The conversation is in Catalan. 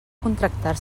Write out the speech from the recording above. contractar